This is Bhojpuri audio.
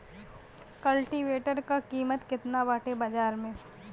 कल्टी वेटर क कीमत केतना बाटे बाजार में?